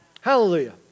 Hallelujah